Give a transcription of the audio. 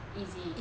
easy